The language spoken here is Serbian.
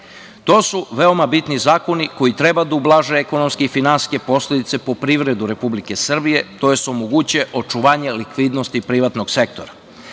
to su veoma bitni zakoni koji treba da ublaže ekonomske i finansijske posledice po privredu Republike Srbije, tj. omogućuje očuvanje likvidnosti privatnog sektora.